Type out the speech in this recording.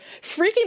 freaking